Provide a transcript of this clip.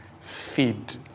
feed